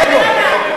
לגו.